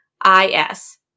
I-S